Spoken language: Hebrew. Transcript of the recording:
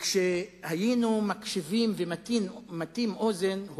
כשהיינו מקשיבים ומטים אוזן,